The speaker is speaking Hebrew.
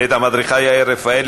ואת המדריכה יעל רפאלי,